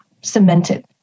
cemented